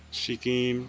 Sikkim